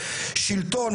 שילטון,